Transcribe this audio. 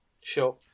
Sure